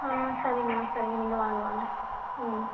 ஆ சரிங்க மா சரிங்க நீங்கள் வாங்க வாங்க ம்